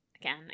Again